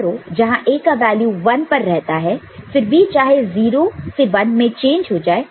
तो यह रो जहां A का वैल्यू 1 पर रहता है फिर B चाहे 0 से 1 में चेंज हो जाए